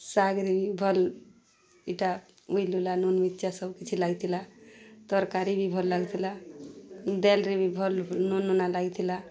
ଶାଗ୍ରେ ବି ଭଲ୍ ଇଟା ଉଇଲ୍ ଉଲା ନୁନ୍ ମିର୍ଚା ସବୁ କିିଛି ଲାଗିଥିଲା ତର୍କାରୀ ବି ଭଲ୍ ଲାଗିଥିଲା ଦେଲ୍ରେ ବି ଭଲ୍ ନୁନ୍ ନୁନା ଲାଗିଥିଲା